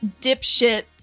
dipshit